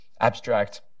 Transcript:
abstract